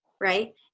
right